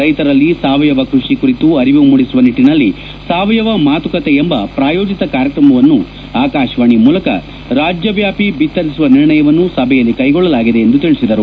ರೈತರಲ್ಲಿ ಸಾವಯವ ಕೃಷಿ ಕುರಿತು ಅರಿವು ಮೂಡಿಸುವ ನಿಟ್ಟಿನಲ್ಲಿ ಸಾವಯವ ಮಾತುಕತೆ ಎಂಬ ಪ್ರಾಯೋಜಿತ ಕಾರ್ಯಕ್ರಮವನ್ನು ಆಕಾಶವಾಣಿ ಮೂಲಕ ರಾಜ್ಯವ್ಯಾಪಿ ಬಿತ್ತರಿಸುವ ನಿರ್ಣಯವನ್ನು ಸಭೆಯಲ್ಲಿ ಕೈಗೊಳ್ಳಲಾಗಿದೆ ಎಂದು ತಿಳಿಸಿದರು